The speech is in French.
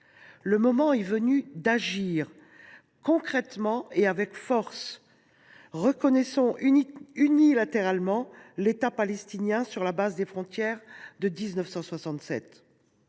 Le moment est venu d’agir, concrètement et avec force. Reconnaissons unilatéralement l’État palestinien sur la base des frontières de 1967.